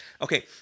Okay